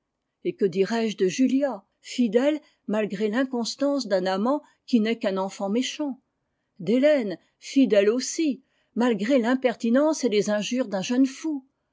et que dirais-je de julia fidèle malgré l'inconstance d'un amant qui n'est qu'un enfant méchant d'hélène fidèle aussi malgré l'impertinence et les injures d'un jeune fou